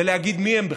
ולהגיד: מי הם בכלל?